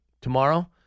Tomorrow